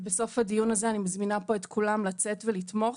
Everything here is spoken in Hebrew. ובסוף הדיון הזה אני מזמינה את כולם פה לצאת ולתמוך.